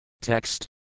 Text